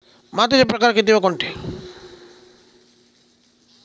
मातीचे प्रकार किती व कोणते?